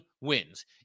wins